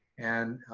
and,